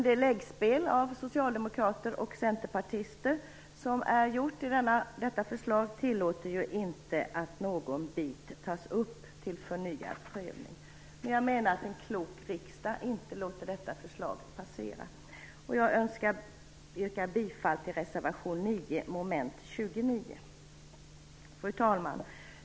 Det läggspel som socialdemokrater och centerpartister har gjort i detta förslag tillåter inte att någon del tas upp till förnyad prövning, men jag menar att en klok riksdag inte låter detta förslag passera. Jag yrkar bifall till reservation 9 under mom. 29. Fru talman!